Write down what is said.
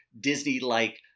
Disney-like